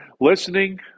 listening